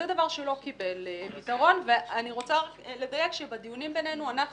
זה דבר שלא קיבל פתרון ואני רוצה לדייק ולומר שבדיונים בינינו אנחנו